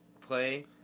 play